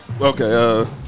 okay